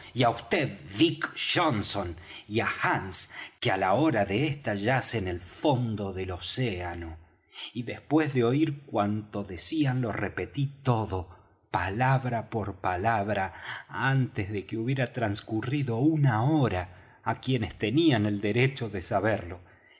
vd dick johnson y á hands que á la hora de esta yace en el fondo del océano y después de oir cuanto decían lo repetí todo palabra por palabra antes de que hubiera trascurrido una hora á quienes tenían el derecho de saberlo